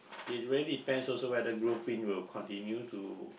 it really depends also whether will continue to